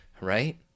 right